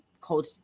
Coach